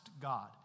God